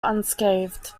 unscathed